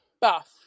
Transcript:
buff